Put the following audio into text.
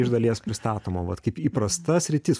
iš dalies pristatoma vat kaip įprasta sritis